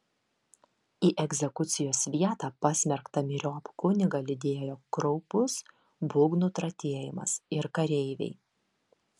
į egzekucijos vietą pasmerktą myriop kunigą lydėjo kraupus būgnų tratėjimas ir kareiviai